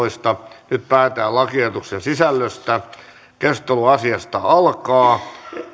mietintö yhdeksän nyt päätetään lakiehdotuksen sisällöstä keskustelu asiasta alkaa